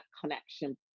connection